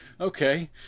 Okay